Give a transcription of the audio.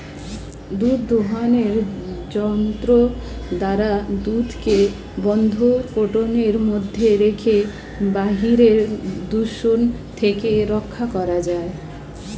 দুধ দোহনের যন্ত্র দ্বারা দুধকে বন্ধ কৌটোর মধ্যে রেখে বাইরের দূষণ থেকে রক্ষা করা যায়